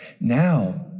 Now